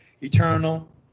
eternal